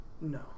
No